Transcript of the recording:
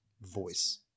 voice